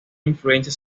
influencia